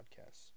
podcasts